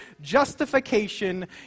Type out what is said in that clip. justification